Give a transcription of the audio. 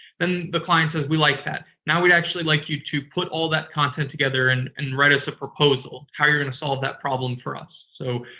then the client says we like that. now we'd actually like you to put all that content together and and write us a proposal, how you're going to solve that problem for us. so,